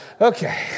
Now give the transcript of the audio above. Okay